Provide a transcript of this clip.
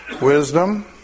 wisdom